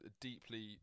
deeply